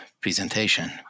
presentation